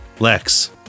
Lex